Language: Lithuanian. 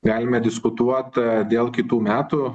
galime diskutuot dėl kitų metų